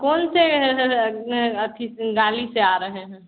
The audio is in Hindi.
कौनसे में अथी गाड़ी से आ रहे हैं